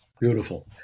beautiful